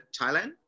Thailand